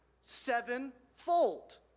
Sevenfold